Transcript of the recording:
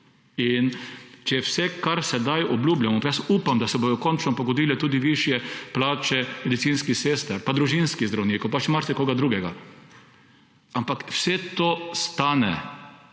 In če je vse, kar sedaj obljubljamo – pa upam, da se bodo končno pogodile tudi višje plače medicinskih sester in družinskih zdravnikov in še marsikoga drugega. Ampak vse to stane,